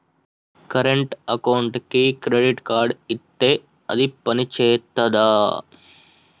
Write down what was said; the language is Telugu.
కరెంట్ అకౌంట్కి క్రెడిట్ కార్డ్ ఇత్తే అది పని చేత్తదా?